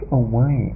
away